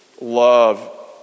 love